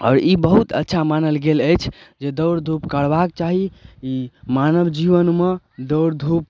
आओर ई बहुत अच्छा मानल गेल अछि जे दौड़ धूप करबाके चाही मानव जीवनमे दौड़ धूप